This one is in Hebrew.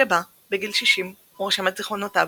שבה בגיל שישים הוא רשם את זכרונותיו,